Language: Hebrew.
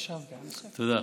תודה.